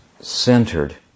centered